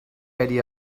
idea